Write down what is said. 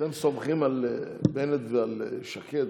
אתם סומכים על בנט ועל שקד?